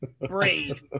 braid